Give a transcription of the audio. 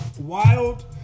wild